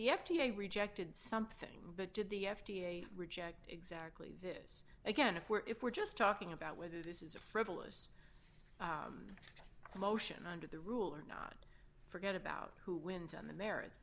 the f d a rejected something but did the f d a reject exactly this again if we're if we're just talking about whether this is a frivolous motion under the rule or not forget about who wins on the merits